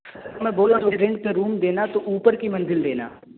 سر میں بول رہا ہوں رینٹ پہ روم دینا تو اوپر کی منزل دینا